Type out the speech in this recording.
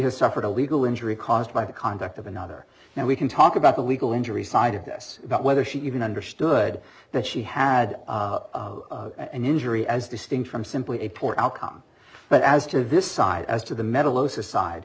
has suffered a legal injury caused by the conduct of another and we can talk about the legal injury side of this about whether she even understood that she had an injury as distinct from simply a poor outcome but as to this side